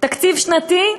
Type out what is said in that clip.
תקציב שנתי,